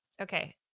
Okay